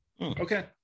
Okay